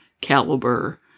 caliber